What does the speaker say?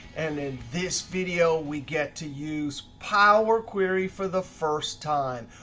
and in this video, we get to use power query for the first time.